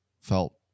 felt